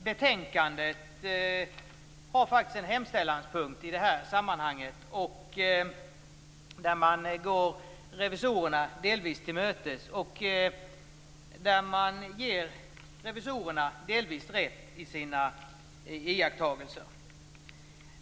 Betänkandet har faktiskt en hemställanspunkt i detta sammanhang där man går revisorerna delvis till mötes och där man ger revisorerna delvis rätt i deras iakttagelser.